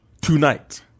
tonight